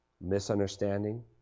misunderstanding